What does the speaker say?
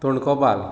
तोणकोबाल